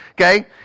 okay